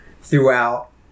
throughout